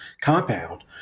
compound